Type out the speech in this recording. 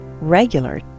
regular